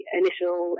initial